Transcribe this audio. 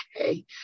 okay